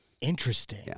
Interesting